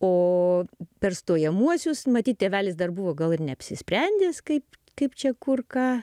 o per stojamuosius matyt tėvelis dar buvo gal ir neapsisprendęs kaip kaip čia kur ką